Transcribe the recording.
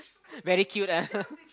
very cute ah